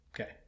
Okay